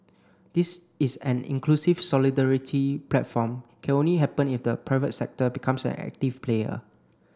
this is an inclusive solidarity platform can only happen if the private sector becomes an active player